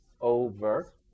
over